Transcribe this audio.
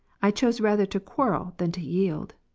i chose rather to quarrel, than to yield.